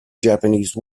japanese